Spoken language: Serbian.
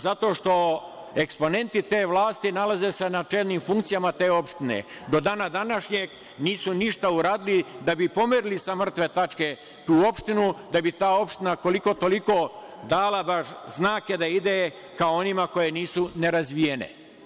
Zato što eksponenti te vlasti nalaze se na čelnim funkcijama te opštine, do dana današnjeg nisu ništa uradili da bi pomerili sa mrtve tačke tu opštinu, da bi ta opština koliko-toliko davala znake da ide ka onima koje nisu nerazvijene.